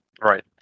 right